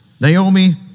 Naomi